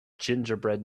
gingerbread